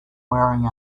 wearing